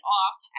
off